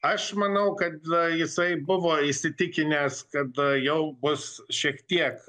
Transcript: aš manau kad jisai buvo įsitikinęs kad jau bus šiek tiek